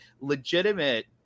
legitimate